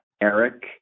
Eric